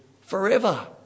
forever